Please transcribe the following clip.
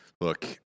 Look